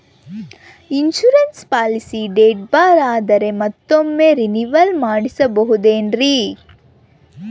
Insurance policy date ಬಾರ್ ಆದರೆ ಮತ್ತೊಮ್ಮೆ ರಿನಿವಲ್ ಮಾಡಿಸಬಹುದೇ ಏನ್ರಿ?